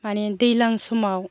मानि दैलां समाव